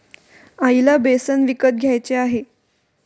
आईला बेसन विकत घ्यायचे आहे